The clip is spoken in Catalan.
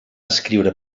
escriure